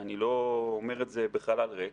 ואני לא אומר את זה בחלל ריק,